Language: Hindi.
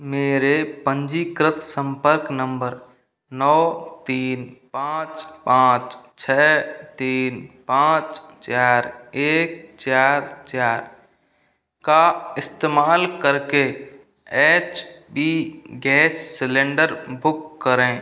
मेरे पंजीकृत संपर्क नंबर नौ तीन पाँच पाँच छः तीन पाँच चार एक चार चार का इस्तेमाल करके H P gas cylinder book करें